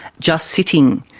just sitting,